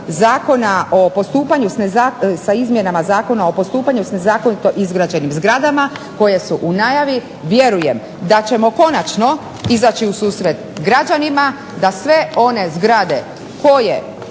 Zakona o postupanju sa izmjenama zakona o postupanju sa nezakonito izgrađenim zgradama koje su u najavi vjerujem da ćemo konačno izaći u susret građanima da sve one zgrade koje